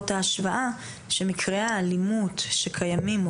בהשוואה שמקרי האלימות שקיימים,